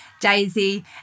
Daisy